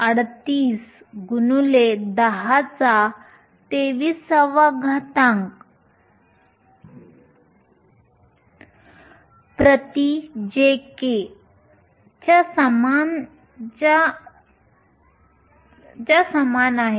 38 x 10 23 JK 1 च्या समान आहे